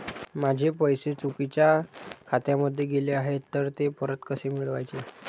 माझे पैसे चुकीच्या खात्यामध्ये गेले आहेत तर ते परत कसे मिळवायचे?